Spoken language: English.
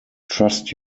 trust